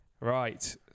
Right